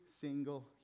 single